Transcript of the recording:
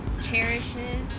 cherishes